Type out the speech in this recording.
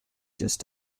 just